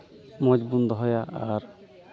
ᱢᱚᱡᱽ ᱵᱚᱱ ᱫᱚᱦᱚᱭᱟ ᱟᱨ